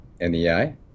NEI